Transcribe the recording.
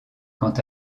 quant